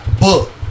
book